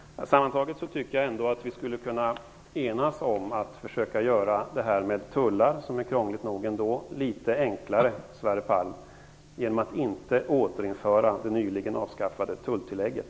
Sammantaget tycker jag att vi skulle kunna enas om att försöka göra tullbestämmelserna, som är krångliga nog ändå, litet enklare genom att inte återinföra det nyligen avskaffade tulltillägget.